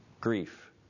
grief